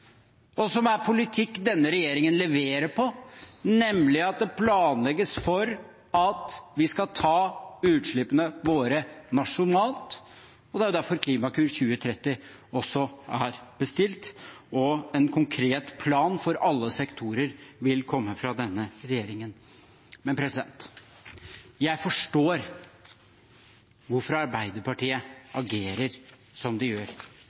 og som er politikk denne regjeringen leverer på, nemlig at det planlegges for at vi skal ta utslippene våre nasjonalt. Det er også derfor Klimakur 2030 er bestilt, og en konkret plan for alle sektorer vil komme fra denne regjeringen. Jeg forstår hvorfor Arbeiderpartiet agerer som de gjør. Jeg forstår hvorfor Sosialistisk Venstreparti agerer som de gjør.